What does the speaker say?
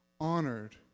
honored